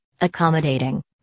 accommodating